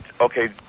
Okay